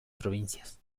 provincias